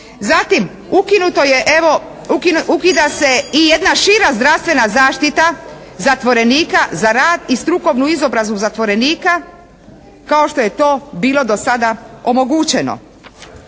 Zatim, ukida se i jedna šira zdravstvena zaštita zatvorenika za rad i strukovnu izobrazbu zatvorenika kao što je to bilo do sada omogućeno.